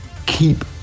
keep